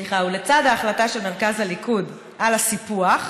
מרכז הליכוד על הסיפוח,